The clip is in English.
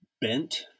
bent